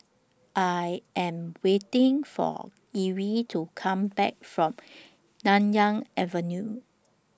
I Am waiting For Erie to Come Back from Nanyang Avenue